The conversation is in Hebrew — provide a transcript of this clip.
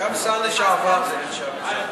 גם שר לשעבר זה נחשב.